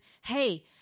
hey